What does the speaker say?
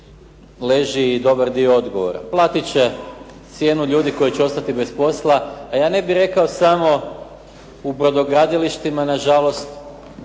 leži i dobar dio odgovora. Platit će cijenu ljudi koji će ostati bez posla, a ja ne bih rekao samo u brodogradilištima na žalost